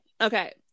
Okay